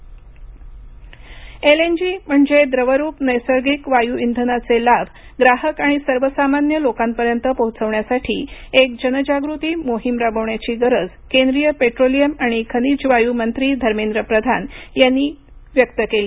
LNG LNG म्हणजे द्रवरूप नैसर्गिक वायू इंधनाचे लाभ ग्राहक आणि सर्वसामान्य लोकांपर्यंत पोहोचवण्यासाठी एक जनजागृती मोहीम राबवण्याची गरज केंद्रीय पेट्रोलियम आणि खनिज वायू मंत्री धर्मेंद्र प्रधान यांनी व्यक्त केली